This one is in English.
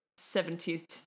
70s